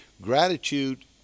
gratitude